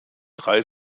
drei